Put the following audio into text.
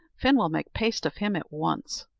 fin will make paste of him at once.